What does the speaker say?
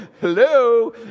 hello